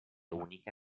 unica